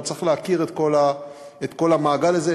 אבל צריך להכיר את כל המעגל הזה.